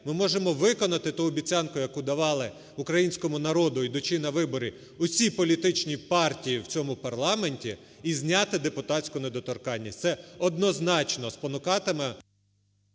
ми можемо виконати ту обіцянку, яку давали українському народу, йдучи на вибори, усі політичні партії в цьому парламенті і зняти депутатську недоторканність. Це однозначно спонукатиме…